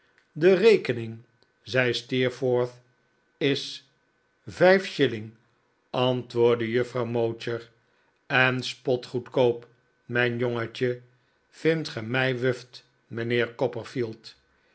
de rekening zei steerforth is vijf shilling antwoordde juffrouw mowcher en spotgoedkoop mijn jongetje vindt ge mij wuft mijnheer